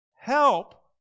Help